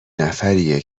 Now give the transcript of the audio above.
نفریه